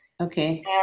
Okay